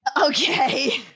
okay